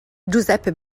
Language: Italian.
giuseppe